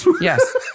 Yes